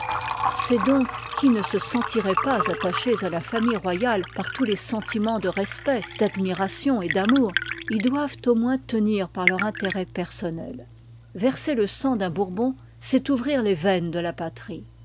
ceux donc qui ne se sentiroient pas attachés à la famille royale par tous les sentiniens le respect d'admiration et d'amour y doivent au moins tenir par leiu intérêt p f soimel yerser le sang d'uu bom'bon c'est ouvrir les veines de la patiie